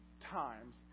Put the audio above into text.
times